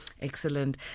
Excellent